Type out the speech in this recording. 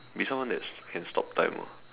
be someone that can stop time ah